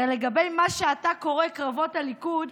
הרי לגבי מה שאתה קורא לו "קרבות הליכוד",